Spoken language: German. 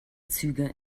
züge